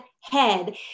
head